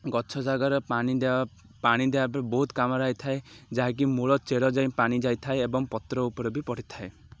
ଗଛ ଜାଗାରେ ପାଣି ଦେ ପାଣି ଦେବା ପାଇଁ ବହୁତ କାମରେ ଆସିଥାଏ ଯାହାକି ମୂଳ ଚେର ଯାଏଁ ପାଣି ଯାଇଥାଏ ଏବଂ ପତ୍ର ଉପରେ ବି ପଡ଼ିି ଥାଏ